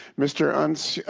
mr. unz,